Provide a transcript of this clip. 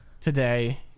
today